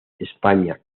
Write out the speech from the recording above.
españa